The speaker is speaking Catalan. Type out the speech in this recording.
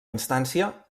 instància